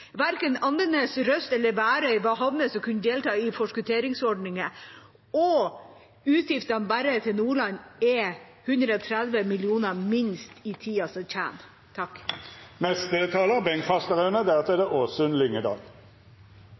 Verken Andenes, Røst eller Værøy var havner som kunne delta i forskutteringsordninger. Utgiftene bare til Nordland er på minst 130 mill. kr i tida som kommer. Ja – til representanten Nils Aage Jegstad – vi er